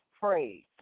praise